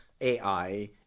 AI